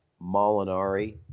Molinari